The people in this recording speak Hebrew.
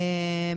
ואם